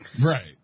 Right